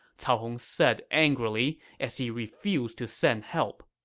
cao hong said angrily as he refused to send help.